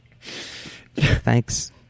Thanks